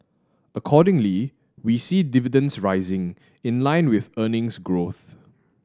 accordingly we see dividends rising in line with earnings growth